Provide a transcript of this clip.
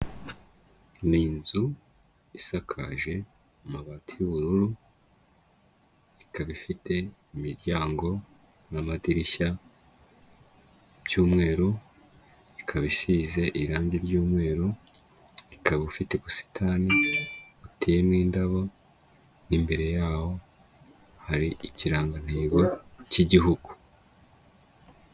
Ni inzu isakaje amabati y'ubururu, ikaba ifite imiryango n'amadirishya by'umweru, ikaba isize irangi ry'umweru, ikaba ifite ubusitani buteyemo indabo, mo imbere yaho hari ikirangantego cy'igihugu.